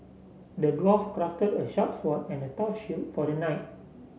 the dwarf crafted a sharp sword and a tough shield for the knight